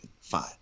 Fine